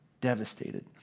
devastated